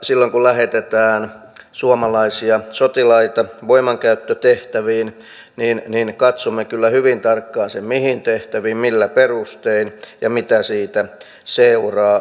silloin kun lähetetään suomalaisia sotilaita voimankäyttötehtäviin katsomme kyllä hyvin tarkkaan sen mihin tehtäviin millä perustein ja mitä siitä seuraa